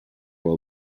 will